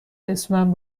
اسمم